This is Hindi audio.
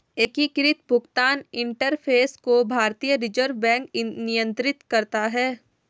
एकीकृत भुगतान इंटरफ़ेस को भारतीय रिजर्व बैंक नियंत्रित करता है